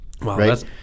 right